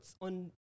on